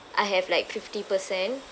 I have like fifty percent